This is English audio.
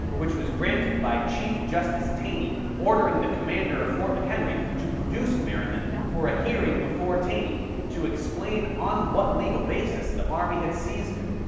which was granted by chief justice taney ordering the commander of fort mchenry to produce merryman for a hearing before taney to explain on what legal basis the army had seized him.